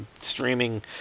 streaming